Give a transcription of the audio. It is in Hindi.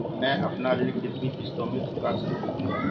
मैं अपना ऋण कितनी किश्तों में चुका सकती हूँ?